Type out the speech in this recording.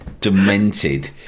demented